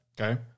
Okay